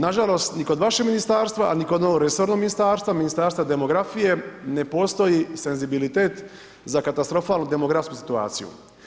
Nažalost ni kod vašeg ministarstva a ni kod novoresornog ministarstva, Ministarstva demografije, ne postoji senzibilitet za katastrofalnu demografsku situaciju.